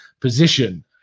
position